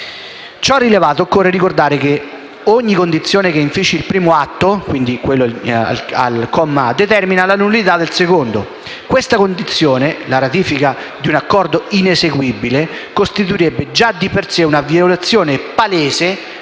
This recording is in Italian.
Ciò rilevato, occorre ricordare che ogni condizione che infici il primo atto, di cui al comma *a)*, determina la nullità del secondo; questa condizione - la ratifica di un accordo ineseguibile - costituirebbe già di per sé una palese